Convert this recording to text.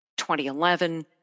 2011